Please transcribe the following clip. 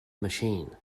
machine